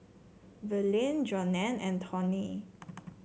Verlie Jonell and Tawny